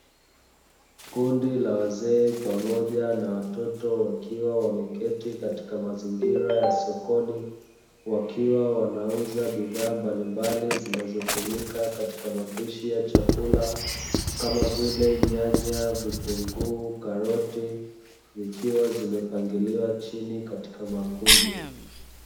Kundi la wazee pamoja na watoto wakiwa wameketi katika mazingira ya sokoni, wakiwa wanauza bidhaa mbalimbali zinazotumika katika mapishi ya chakula, kama vile nyanya, vitunguu, karoti, zikiwa zimepangiliwa chini katika makundi.